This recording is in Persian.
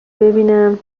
ببینم